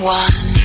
one